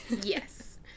Yes